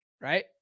Right